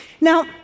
Now